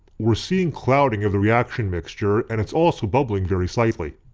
we're seeing clouding of the reaction mixture and it's also bubbling very slightly.